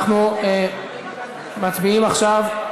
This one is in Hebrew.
אנחנו מצביעים עכשיו,